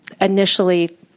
initially